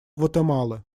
гватемалы